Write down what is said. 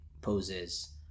poses